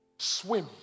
Swim